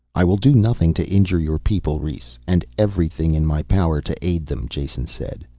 i will do nothing to injure your people, rhes and everything in my power to aid them, jason said.